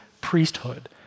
priesthood